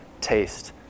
taste